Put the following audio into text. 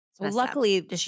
Luckily